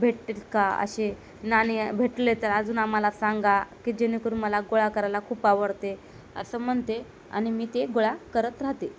भेटतील का असे नाणे भेटले तर अजून आम्हाला सांगा की जेणेकरून मला गोळा करायला खूप आवडते असं म्हणते आणि मी ते गोळा करत राहते